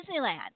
disneyland